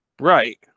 right